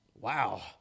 Wow